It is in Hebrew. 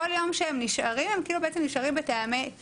כל יום שהם נשארים הם כאילו נשארים בתנאי